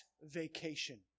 vacation